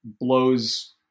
blows